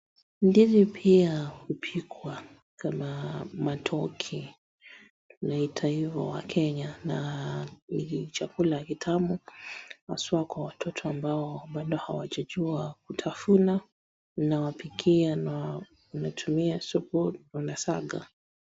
Ndizi pia hupikwa kama matokwe na taifa la Kenya ni chakula kitamu haswa kwa watoto ambao hawajajua kutafuna unawapikia na unatumia wanasaga.